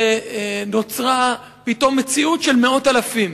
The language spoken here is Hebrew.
ונוצרה פתאום מציאות של מאות אלפים.